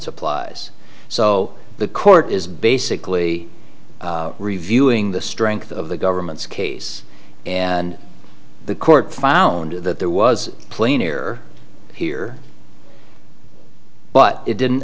supplies so the court is basically reviewing the strength of the government's case and the court found that there was planar here but it didn't